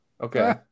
Okay